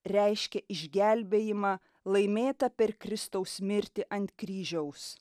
reiškia išgelbėjimą laimėtą per kristaus mirtį ant kryžiaus